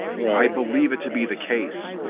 right. i believe it to be the case.